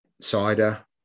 cider